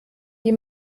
die